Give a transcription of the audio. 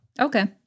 Okay